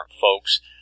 folks